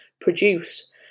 produce